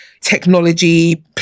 technology